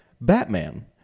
Batman